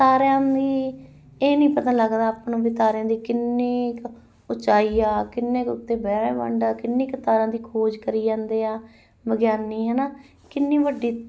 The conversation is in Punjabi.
ਤਾਰਿਆਂ ਦੀ ਇਹ ਇਹ ਨਹੀਂ ਪਤਾ ਲੱਗਦਾ ਆਪਾਂ ਨੂੰ ਵੀ ਤਾਰਿਆਂ ਦੀ ਕਿੰਨੀ ਕੁ ਉਚਾਈ ਆ ਕਿੰਨੇ ਕੁ ਉੱਤੇ ਬਹਿਮੰਡ ਆ ਕਿੰਨੀ ਕੁ ਤਾਰਿਆਂ ਦੀ ਖੋਜ ਕਰੀ ਜਾਂਦੇ ਆ ਵਿਗਿਆਨੀ ਹੈ ਨਾ ਕਿੰਨੀ ਵੱਡੀ